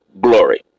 glory